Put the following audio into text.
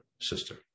sister